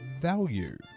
value